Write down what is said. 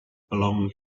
belong